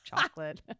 chocolate